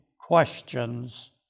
questions